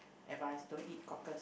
advice don't eat cockle